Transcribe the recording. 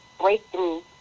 breakthrough